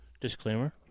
Disclaimer